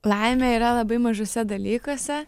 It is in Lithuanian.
laimė yra labai mažuose dalykuose